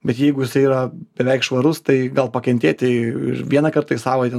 bet jeigu jisai yra beveik švarus tai gal pakentėti ir vieną kartą į savaitę nusiplaut tą